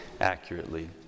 accurately